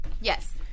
Yes